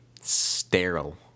sterile